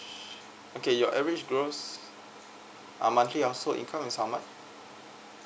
okay your average gross um monthly household income is how much